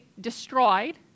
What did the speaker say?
destroyed